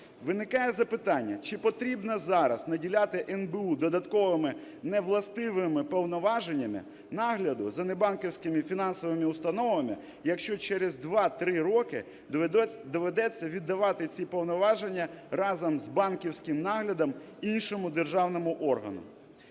Виникає запитання, чи потрібно зараз наділяти НБУ додатковими невластивими повноваженнями нагляду за небанківськими фінансовими установами, якщо через 2-3 роки доведеться віддавати ці повноваження разом з банківським наглядом іншому державному органу.